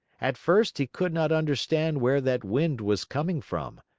at first he could not understand where that wind was coming from,